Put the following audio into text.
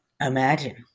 imagine